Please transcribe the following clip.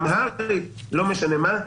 אמהרית לא משנה מה.